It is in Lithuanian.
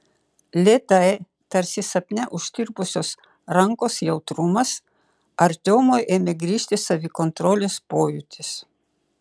lėtai tarsi sapne užtirpusios rankos jautrumas artiomui ėmė grįžti savikontrolės pojūtis